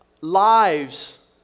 lives